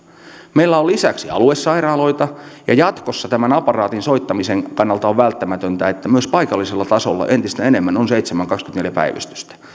meillä on lisäksi aluesairaaloita ja jatkossa tämän aparaatin soittamisen kannalta on välttämätöntä että myös paikallisella tasolla entistä enemmän on seitsemän kautta kaksikymmentäneljä päivystystä